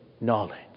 knowledge